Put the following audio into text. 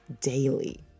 daily